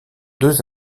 deux